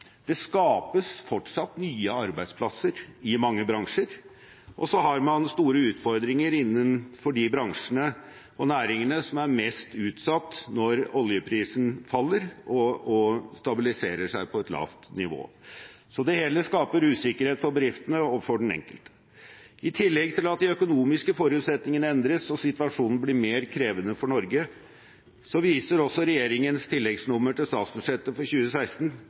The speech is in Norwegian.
Det skapes fortsatt nye arbeidsplasser i mange bransjer, og så har man store utfordringer innenfor de bransjene og næringene som er mest utsatt når oljeprisen faller og stabiliserer seg på et lavt nivå. Det skaper usikkerhet for bedriftene og for den enkelte. I tillegg til at de økonomiske forutsetningene endres og situasjonen blir mer krevende for Norge, viser også regjeringens tilleggsnummer til statsbudsjettet for 2016